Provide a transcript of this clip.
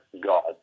God